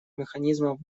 механизмов